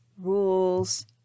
rules